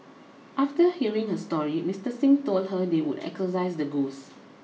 after hearing her story Mister Xing told her they would exorcise the ghosts